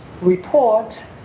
report